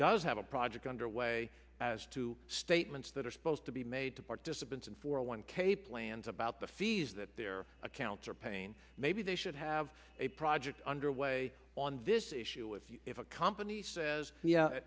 does have a project underway as to statements that are supposed to be made to participants and for a one k plans about the fees that their accounts are pain maybe they should have a project underway on this issue if you if a company says